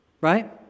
right